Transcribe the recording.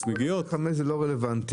שעה 17:00 זה לא רלוונטי.